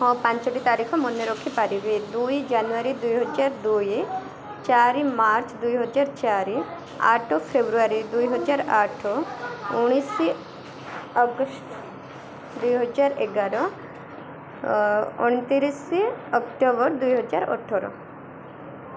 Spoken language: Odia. ହଁ ପାଞ୍ଚଟି ତାରିଖ ମନେ ରଖିପାରିବି ଦୁଇ ଜାନୁଆରୀ ଦୁଇହଜାର ଦୁଇ ଚାରି ମାର୍ଚ୍ଚ ଦୁଇହଜାର ଚାରି ଆଠ ଫେବୃଆରୀ ଦୁଇହଜାର ଆଠ ଉଣେଇଶ ଅଗଷ୍ଟ ଦୁଇହଜାର ଏଗାର ଅଣତିରିଶ ଅକ୍ଟୋବର ଦୁଇହଜାର ଅଠର